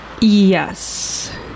Yes